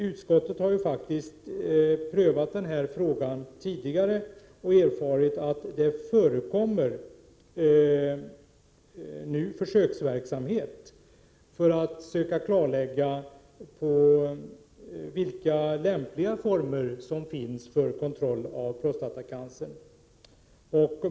Utskottet har faktiskt prövat denna fråga tidigare och erfarit att det nu pågår försöksverksamhet för att söka klarlägga vilka lämpliga former som finns för kontroll av prostatacancer.